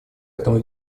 этому